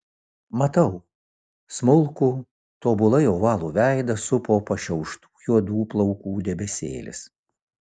matau smulkų tobulai ovalų veidą supo pašiauštų juodų plaukų debesėlis